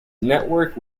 network